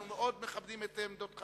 אנחנו מאוד מכבדים את עמדתך,